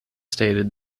stated